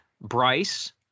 bryce